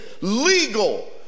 legal